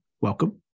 welcome